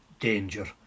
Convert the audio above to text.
danger